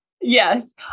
Yes